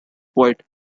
boyd